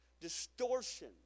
distortion